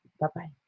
Bye-bye